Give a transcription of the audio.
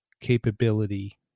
capability